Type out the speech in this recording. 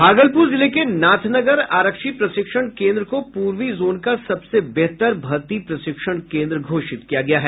भागलपुर जिले के नाथनगर आरक्षी प्रशिक्षण कोन्द्र को पूर्वी जोन का सबसे बेहतर भर्ती प्रशिक्षण कोन्द्र घोषित किया गया है